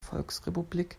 volksrepublik